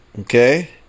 okay